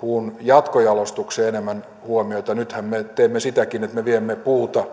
puun jatkojalostukseen enemmän huomiota nythän me teemme sitäkin että me viemme puuta